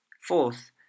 Fourth